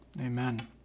Amen